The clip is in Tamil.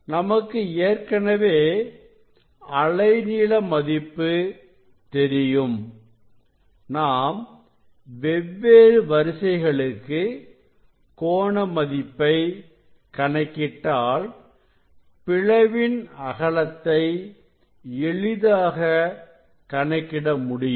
நமக்கு ஏற்கனவே அலைநீள மதிப்பு தெரியும் நாம் வெவ்வேறு வரிசைகளுக்கு கோண மதிப்பை கணக்கிட்டால் பிளவின் அகலத்தை எளிதாக கணக்கிட முடியும்